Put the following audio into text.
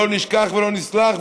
לא נשכח ולא נסלח,